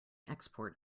export